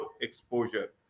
exposure